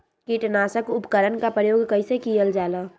किटनाशक उपकरन का प्रयोग कइसे कियल जाल?